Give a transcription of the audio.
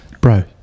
bro